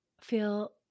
feel